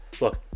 Look